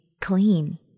clean